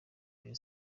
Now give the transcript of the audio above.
rayon